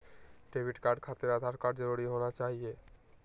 Debit card खातिर Aadhaar card जरूरी होना चाहिए?